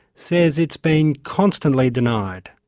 says it's been constantly denied.